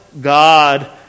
God